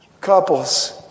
couples